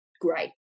great